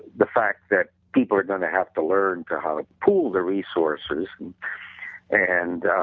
the fact that people are going to have to learn to how to pull the resources and